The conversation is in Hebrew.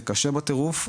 זה קשה בטירוף,